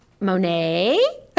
Monet